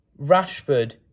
Rashford